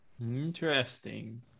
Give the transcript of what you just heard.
Interesting